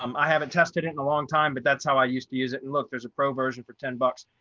um i haven't tested it in a long time, but that's how i used to use it. and look, there's a pro version for ten bucks.